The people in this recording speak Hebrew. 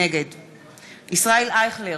נגד ישראל אייכלר,